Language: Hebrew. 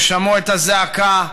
והם שמעו את הזעקה,